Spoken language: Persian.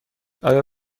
آیا